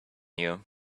you